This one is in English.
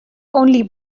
only